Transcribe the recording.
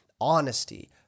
honesty